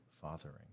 fathering